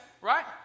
Right